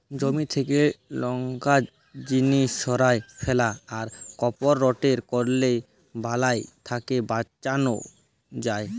জমি থ্যাকে লংরা জিলিস সঁরায় ফেলা, করপ রটেট ক্যরলে বালাই থ্যাকে বাঁচালো যায়